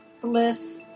bliss